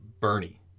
Bernie